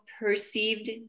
perceived